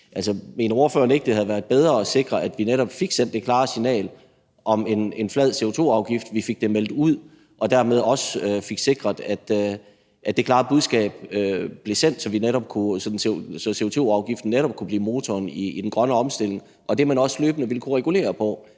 Mener ordføreren ikke, at det havde været bedre at sikre, at vi netop fik sendt det klare signal om en flad CO2-afgift, og at vi fik det meldt ud og dermed også fik sikret, at det klare budskab blev sendt, så CO2-afgiften netop kunne blive motoren i den grønne omstilling og det, man også løbende ville kunne regulere på,